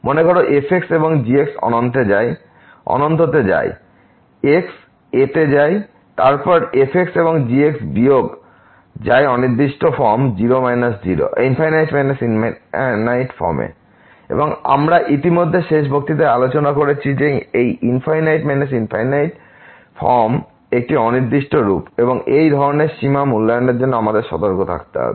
মনে করো f এবং g অনন্ততে যায় যখন x a তে যায় তারপর এই f এবং g বিয়োগ যায় অনির্দিষ্ট ∞∞ ফর্ম এ এবং আমরা ইতিমধ্যে শেষ বক্তৃতায় আলোচনা করেছি যে এই ∞∞ ফর্মটি একটি অনির্দিষ্ট রূপ এবং এই ধরনের সীমা মূল্যায়নের জন্য আমাদের সতর্ক থাকতে হবে